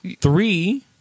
three